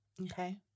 Okay